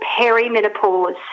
perimenopause